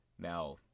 Now